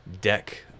deck